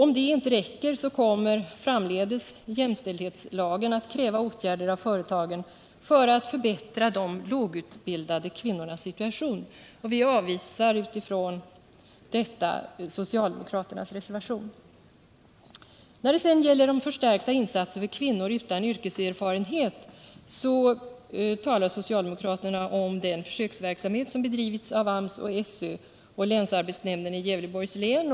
Om det inte räcker, kommer jämställdhetslagen framdeles att kräva åtgärder av företagen för att förbättra de lågutbildade kvinnornas situation. Av dessa skäl avstyrker vi socialdemokraternas reservation. När det gäller förstärkta insatser för kvinnor utan yrkeserfarenhet talar socialdemokraterna om den försöksverksamhet som bedrivits av AMS, SÖ och länsarbetsnämnden i Gävleborgs län.